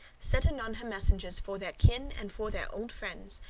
sent anon her messengers for their kin and for their old friends,